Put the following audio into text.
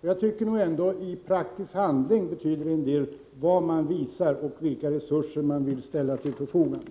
Jag tycker att det betyder en del vad man i praktisk handling visar och vilka resurser man vill ställa till förfogande.